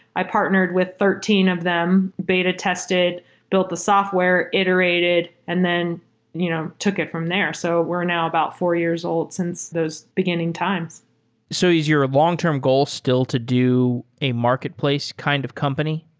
i partnered with thirteen of them. beta test it, build the software, iterated and then you know took it from there. so we're now about four-years-old since those beginning times so is your long-term goal still to do a marketplace kind of company?